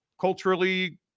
culturally